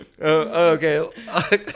Okay